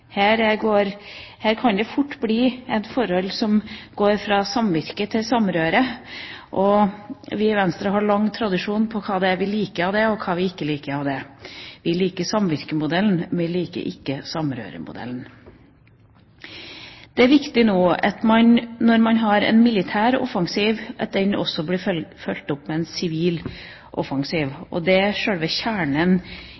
Her kan det fort bli et forhold som går fra samvirke til samrøre. Vi i Venstre har en lang tradisjon på hva vi liker av det, og hva vi ikke liker av det. Vi liker samvirkemodellen, vi liker ikke samrøremodellen. Det er viktig nå, når man har en militær offensiv, at også den blir fulgt opp med en sivil